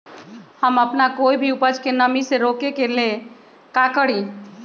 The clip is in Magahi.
हम अपना कोई भी उपज के नमी से रोके के ले का करी?